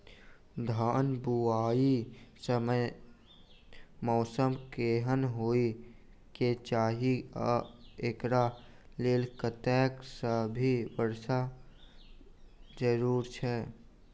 धान बुआई समय मौसम केहन होइ केँ चाहि आ एकरा लेल कतेक सँ मी वर्षा जरूरी छै?